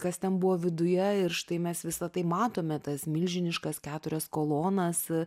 kas ten buvo viduje ir štai mes visa tai matome tas milžiniškas keturias kolonas